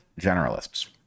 generalists